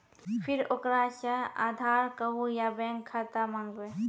फिर ओकरा से आधार कद्दू या बैंक खाता माँगबै?